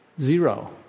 Zero